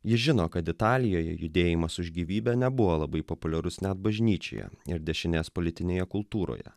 jis žino kad italijoje judėjimas už gyvybę nebuvo labai populiarus net bažnyčioje ir dešinės politinėje kultūroje